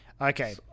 okay